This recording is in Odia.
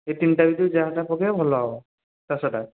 ଏଇ ତିନିଟା ଭିତରୁ ଯାହା ଯାହା ପକେଇବ ଭଲ ହବ ଚାଷଟା